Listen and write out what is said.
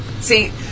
see